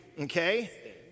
okay